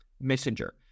messenger